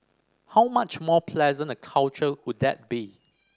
how much more pleasant a culture would that be